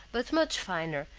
but much finer,